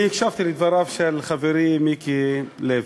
אני הקשבתי לדבריו של חברי מיקי לוי,